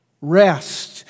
rest